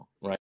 right